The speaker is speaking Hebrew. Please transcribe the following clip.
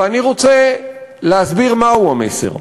ואני רוצה להסביר מהו המסר.